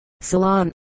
Salon